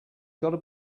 gotta